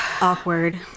awkward